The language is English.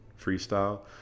freestyle